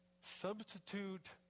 substitute